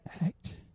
act